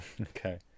Okay